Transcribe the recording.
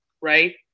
Right